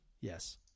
Yes